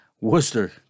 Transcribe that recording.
Worcester